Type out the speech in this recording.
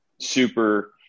super